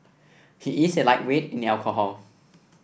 he is a lightweight in alcohol